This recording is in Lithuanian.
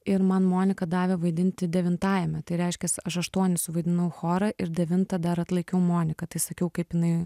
ir man moniką davė vaidinti devintajame tai reiškias aš aštuonis suvaidinau chorą ir devintą dar atlaikiau moniką tai sakiau kaip jinai